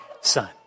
son